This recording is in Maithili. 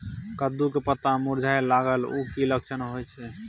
कद्दू के पत्ता मुरझाय लागल उ कि लक्षण होय छै?